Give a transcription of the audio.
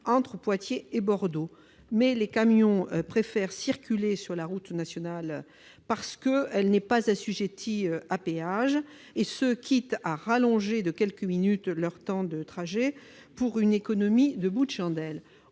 entre Poitiers et Bordeaux. Les camions préfèrent circuler sur la route nationale parce qu'elle n'est pas assujettie à péage ; ils acceptent d'allonger de quelques minutes leur temps de trajet, pour une économie de bouts de chandelles